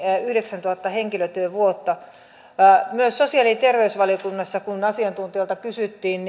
yhdeksäntuhatta henkilötyövuotta myöskään sosiaali ja terveysvaliokunnassa kun asiantuntijoilta kysyttiin